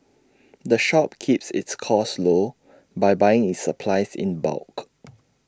the shop keeps its costs low by buying its supplies in bulk